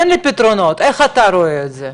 תן לי פתרונות, איך אתה רואה את זה?